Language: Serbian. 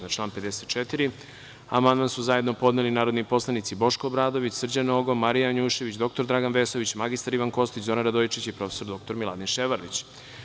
Na član 54. amandman su zajedno podneli narodni poslanici Boško Obradović, Srđan Nogo, Marija Janušević, dr Dragan Vesović, mr Ivan Kostić, Zoran Radojičić i prof. dr Miladin Ševarlić.